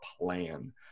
plan